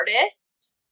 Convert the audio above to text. artist